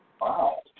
Wow